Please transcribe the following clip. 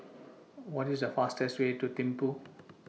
What IS The fastest Way to Thimphu